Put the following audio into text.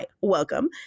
welcome